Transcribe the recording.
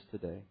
today